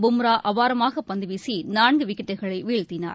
கும்ப்ரா அபாரமாக பந்துவீசி நான்கு விக்கெட்களை வீழ்த்தினார்